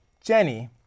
Jenny